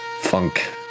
funk